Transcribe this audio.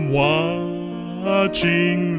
watching